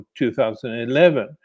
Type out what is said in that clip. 2011